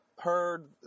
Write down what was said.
heard